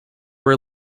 were